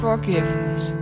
Forgiveness